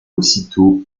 aussitôt